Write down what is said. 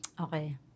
Okay